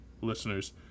listeners